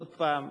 עוד פעם,